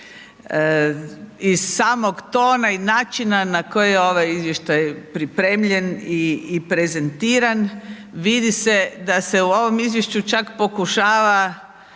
Iz samog tona i načina na koji je ovaj izvještaj pripremljen i prezentiran, vidi se da se u ovom izvješću čak pokušava